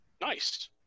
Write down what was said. Nice